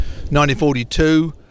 1942